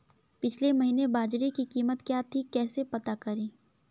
पिछले महीने बाजरे की कीमत क्या थी कैसे पता करें?